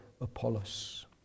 Apollos